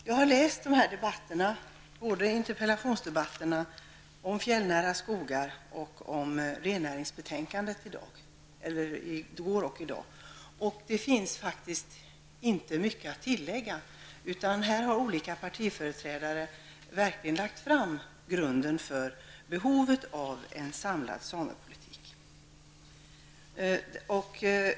Jag har i går och i dag läst protokollen från interpellationsdebatterna om de fjällnära skogarna och från debatten om rennäringsbetänkandet, och det finns faktiskt inte mycket att tillägga. Olika partiföreträdare har nämligen i dessa debatter verkligen lagt fram grunden för behovet av en samlad samepolitik.